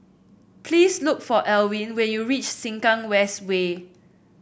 please look for Alwin when you reach Sengkang West Way